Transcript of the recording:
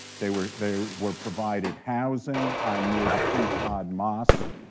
they were they were provided housing near the king fahad mosque,